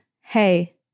hey